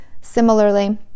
Similarly